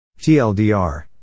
TLDR